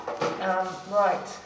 Right